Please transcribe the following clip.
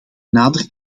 nader